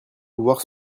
pouvoir